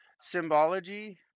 symbology